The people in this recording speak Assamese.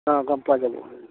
অঁ গম পোৱা যাব